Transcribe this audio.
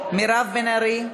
מירב בן ארי.